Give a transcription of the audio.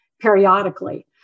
periodically